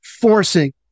forcing